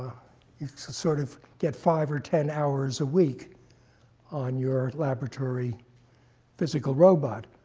sort of get five or ten hours a week on your laboratory physical robot.